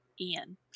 ian